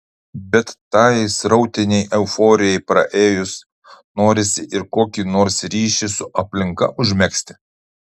bet tajai srautinei euforijai praėjus norisi ir kokį nors ryšį su aplinka užmegzti